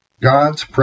God's